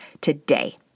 today